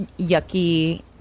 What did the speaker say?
yucky